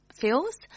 feels